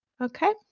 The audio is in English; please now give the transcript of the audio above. okay